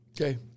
Okay